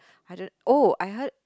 I don't oh I heard